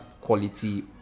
quality